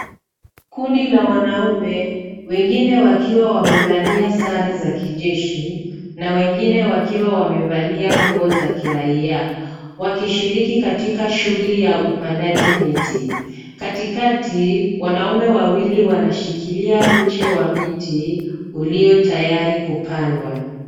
Kundi la wanaume wengine wakiwa wamevalia sare za kijeshi na wengine wakiwa wamevalia nguo za kiraia, wakishiriki katika shughuli ya upandaji miti. Katikati wanaume wawili wanashikilia mche wa miti ulio tayari kupandwa.